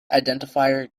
identifier